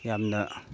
ꯌꯥꯝꯅ